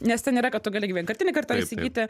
nes ten yra kad tu gali vienkartinį kartą įsigyti